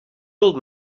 old